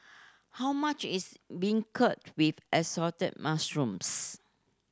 how much is beancurd with Assorted Mushrooms